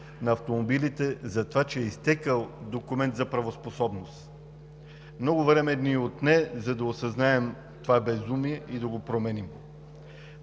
на автомобилите, затова че е изтекъл документ за правоспособност. Много време ни отне да осъзнаем това безумие и да го променим.